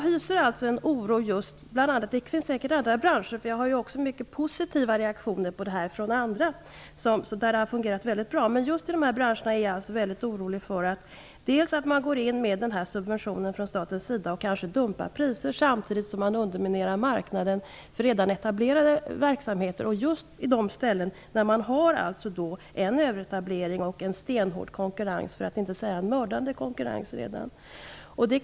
Herr talman! Det finns säkert andra branscher. Jag har också mött många positiva reaktioner på dessa bidrag från dem som det har fungerat mycket bra för. Men just i de här branscherna är jag väldigt orolig för att staten går in med en subvention och kanske dumpar priser. Samtidigt underminerar man marknaden för redan etablerade verksamheter just på de ställen där man redan har en överetablering och en stenhård, för att inte säga mördande, konkurrens.